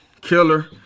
killer